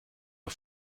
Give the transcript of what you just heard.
der